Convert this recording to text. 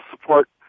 support